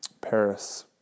Paris